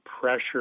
pressure